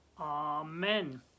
amen